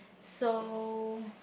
so